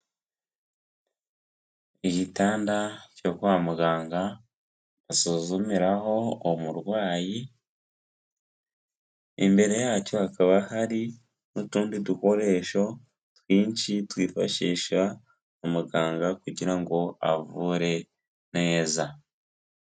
Igitanda cyo kwa muganga basuzumiraho umurwayi, imbere yacyo hakaba hari n'utundi dukoresho twinshi twifashisha na muganga kugira ngo avure neza.